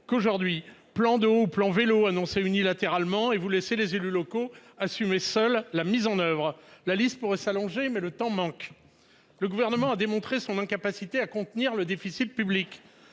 compensation ; plan eau et plan vélo annoncés unilatéralement, en laissant les élus locaux assumer seuls leur mise en oeuvre. La liste pourrait s'allonger, mais le temps manque ... Le Gouvernement a démontré son incapacité à contenir le déficit public